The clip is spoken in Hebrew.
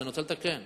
אני רוצה לתקן.